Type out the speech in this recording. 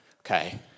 Okay